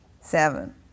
seven